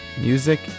Music